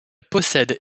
possède